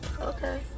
Okay